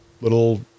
little